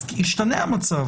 אז ישתנה המצב.